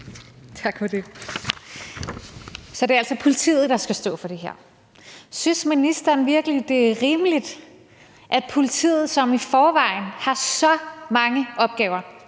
Tak for det. Så det er altså politiet, der skal stå for det her. Synes ministeren virkelig, det er rimeligt at bede vores politi, som i forvejen har så mange opgaver